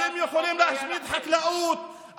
אתם יכולים להשמיד חקלאות,